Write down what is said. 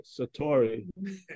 Satori